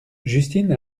justine